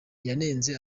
yanenze